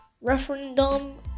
referendum